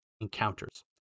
encounters